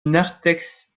narthex